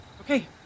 Okay